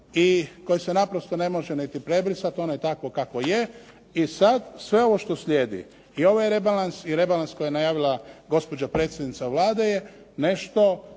i koji se naprosto ne može ni prebrisati, ono je takvo kakvo je. I sad sve ovo što slijedi, i ovaj rebalans i rebalans koji je najavila gospođa predsjednica Vlade je nešto